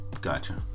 gotcha